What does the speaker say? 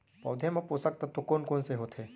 पौधे मा पोसक तत्व कोन कोन से होथे?